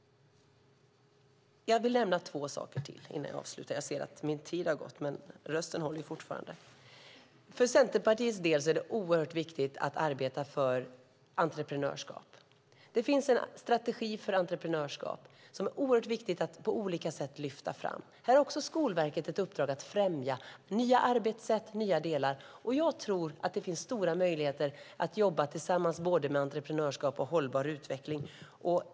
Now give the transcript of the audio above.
Jag vill nämna två saker till innan jag avslutar mitt anförande. Jag ser att min talartid har gått, men rösten håller fortfarande. För Centerpartiets del är det oerhört viktigt att arbeta för entreprenörskap. Det finns en strategi för entreprenörskap som är oerhört viktig att på olika sätt lyfta fram. Här har Skolverket också ett uppdrag att främja nya arbetssätt och nya delar. Jag tror att det finns stora möjligheter att jobba tillsammans med både entreprenörskap och hållbar utveckling.